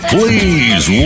Please